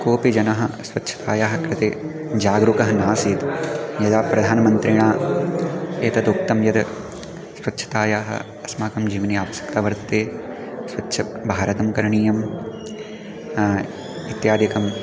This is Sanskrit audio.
कोपि जनः स्वच्छ्तायाः कृते जागरूकः नासीत् यदा प्रधानमन्त्रिणा एतत् उक्तं यद् स्वच्छतायाः अस्माकं जीवने आवश्यक्ता वर्तते स्वच्छभारतं करणीयं इत्यादिकं